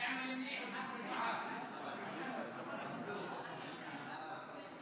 להעביר את חוק הסדרת העיסוק